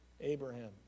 Abraham